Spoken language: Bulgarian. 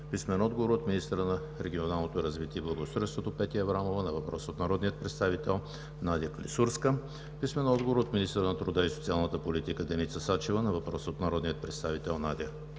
Клисурска; - министъра на регионалното развитие и благоустройството Петя Аврамова на въпрос от народния представител Надя Клисурска; - министъра на труда и социалната политика Деница Сачева на въпрос от народния представител Надя